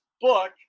book